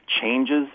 changes